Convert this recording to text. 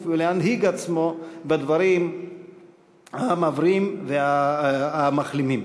ולהנהיג עצמו בדברים המבריאים והמחלימים".